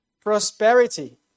prosperity